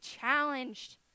challenged